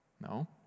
No